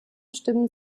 stimmen